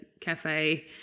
cafe